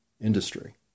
industry